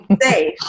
safe